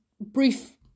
brief